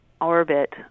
orbit